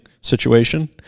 situation